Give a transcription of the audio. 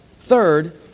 Third